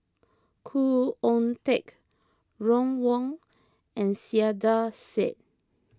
Khoo Oon Teik Ron Wong and Saiedah Said